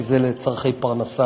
כי זה לצורכי פרנסה,